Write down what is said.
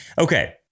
Okay